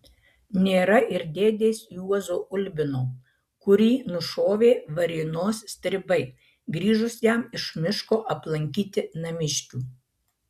nėra ir dėdės juozo ulbino kurį nušovė varėnos stribai grįžus jam iš miško aplankyti namiškių